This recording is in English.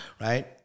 right